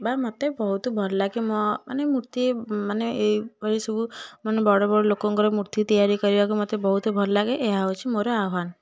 ବା ମୋତେ ବହୁତ ଭଲଲାଗେ ମୋ ମାନେ ମୂର୍ତ୍ତି ମାନେ ଏଇଭଳି ସବୁ ମାନେ ବଡ଼ବଡ଼ ଲୋକଙ୍କର ମୂର୍ତ୍ତି ତିଆରି କରିବାକୁ ମୋତେ ବହୁତ ଭଲଲାଗେ ଏହା ହେଉଛି ମୋର ଆହ୍ୱାନ